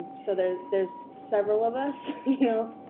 ah so there's there's several of us,